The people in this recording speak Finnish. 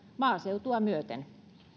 maaseutua myöten